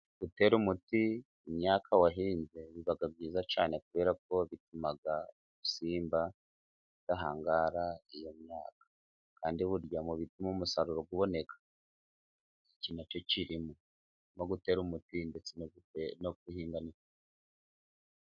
Gutera umuti imyaka wahinze biba byiza cyane, kubera ko bituma ubusimba budahangara iyo myaka. Kandi burya bituma umusaruro uboneka, iki na cyo kirimo. Nko gutera umuti ndetse no no guhinga.